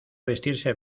vestirse